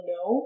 no